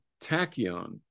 tachyon